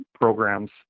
programs